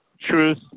truth